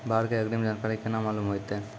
बाढ़ के अग्रिम जानकारी केना मालूम होइतै?